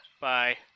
Bye